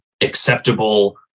acceptable